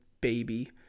baby